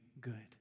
good